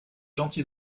gentil